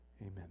Amen